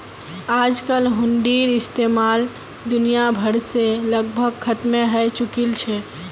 आजकल हुंडीर इस्तेमाल दुनिया भर से लगभग खत्मे हय चुकील छ